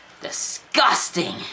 Disgusting